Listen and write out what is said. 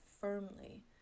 firmly